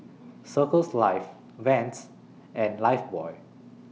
Circles Life Vans and Lifebuoy